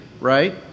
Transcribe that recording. right